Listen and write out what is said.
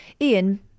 Ian